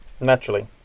naturally